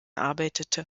arbeitete